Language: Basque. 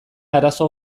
arazo